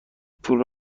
پولم